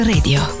Radio